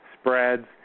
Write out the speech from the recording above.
spreads